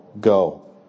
Go